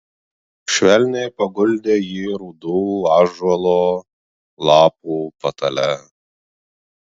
švelniai paguldė jį rudų ąžuolo lapų patale